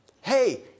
Hey